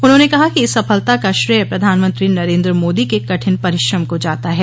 उन्होंने कहा कि इस सफलता का श्रेय प्रधानमंत्री नरेन्द्र मोदी के कठिन परिश्रम को जाता है